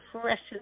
precious